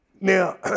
Now